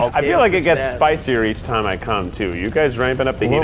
i feel like it gets spicier each time i come too. are you guys ramping up the heat